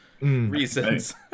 reasons